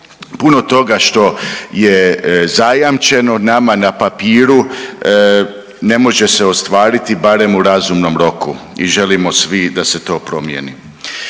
Puno toga što je zajamčeno nama na papiru ne može se ostvariti barem u razumnom roku i želimo svi da se to promijeni,